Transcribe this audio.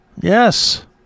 Yes